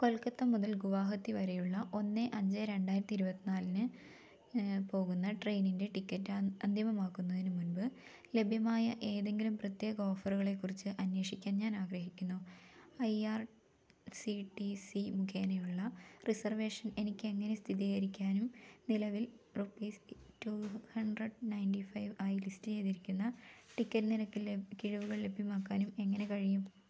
കൊൽക്കത്ത മുതൽ ഗുവാഹത്തി വരെയുള്ള ഒന്ന് അഞ്ച് രണ്ടായിരത്തി ഇരുപത്തിനാലിന് പോകുന്ന ട്രെയ്നിന്റെ ടിക്കറ്റ് അന്തിമമാക്കുന്നതിനുമുൻപ് ലഭ്യമായ ഏതെങ്കിലും പ്രത്യേക ഓഫറുകളേക്കുറിച്ച് അന്വേഷിക്കാൻ ഞാനാഗ്രഹിക്കുന്നു I R C T C മുഖേനയുള്ള റിസർവേഷൻ എനിക്കെങ്ങനെ സ്ഥിരീകരിക്കാനും നിലവിൽ rupees two hundred ninety five ആയി ലിസ്റ്റേയ്തിരിക്കുന്ന ടിക്കറ്റ് നിരക്കിലേ കിഴിവുകൾ ലഭ്യമാക്കാനും എങ്ങനെ കഴിയും